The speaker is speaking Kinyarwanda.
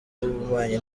w’ububanyi